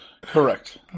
Correct